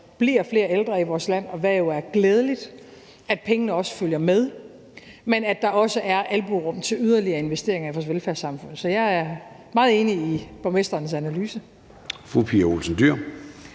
bliver flere ældre i vores land, hvilket jo er glædeligt, følger pengene også med, men at der også er albuerum til yderligere investeringer i vores velfærdssamfund. Så jeg er meget enig i borgmestrenes analyse. Kl.